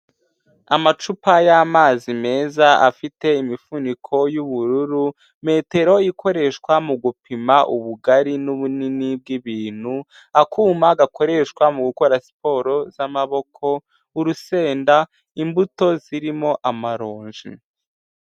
Amacupa y'amazi meza afite imifuniko y'ubururu, metero ikoreshwa mu gupima ubugari n'ubunini bw'ibintu, akuma gakoreshwa mu gukora siporo z'amaboko, urusenda, imbuto zirimo amaronji.